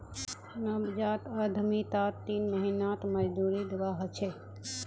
नवजात उद्यमितात तीन महीनात मजदूरी दीवा ह छे